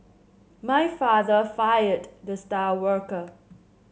my father fired the star worker